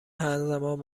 همزمان